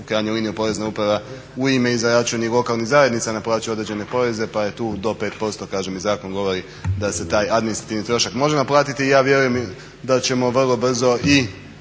krajnjoj liniji Porezna uprava u ime i za račun lokalnih zajednica naplaćuje određene poreze pa je tu do 5% i zakon govori da se taj administrativni trošak može naplatiti i ja vjerujem da ćemo vrlo brzo i